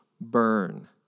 burn